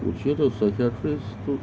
我觉得 psychiatrists 做